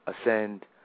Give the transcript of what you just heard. ascend